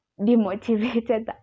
demotivated